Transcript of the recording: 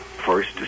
first